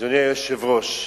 אדוני היושב-ראש,